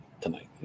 tonight